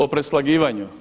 O preslagivanju.